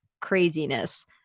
craziness